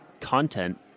content